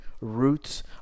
roots